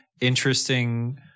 interesting